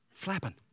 flapping